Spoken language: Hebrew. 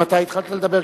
מתי התחלת לדבר?